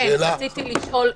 רציתי לשאול,